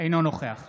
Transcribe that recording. אינו נוכח